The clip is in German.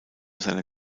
seiner